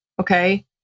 Okay